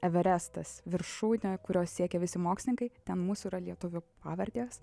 everestas viršūnė kurios siekia visi mokslininkai ten mūsų yra lietuvių pavardės